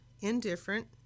indifferent